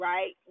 Right